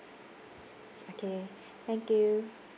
okay thank you